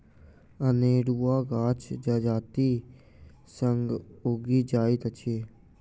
अनेरुआ गाछ जजातिक संग उगि जाइत अछि